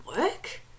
work